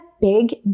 big